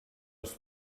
els